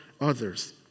others